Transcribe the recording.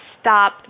stop